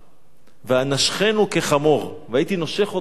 ואשכנו כחמור, והייתי נושך אותו כמו חמור.